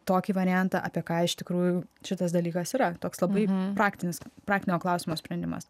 tokį variantą apie ką iš tikrųjų šitas dalykas yra toks labai praktinis praktinio klausimo sprendimas